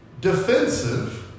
defensive